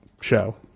show